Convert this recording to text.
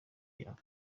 yako